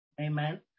amen